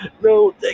No